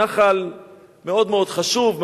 נחל מאוד חשוב,